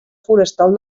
forestal